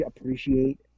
appreciate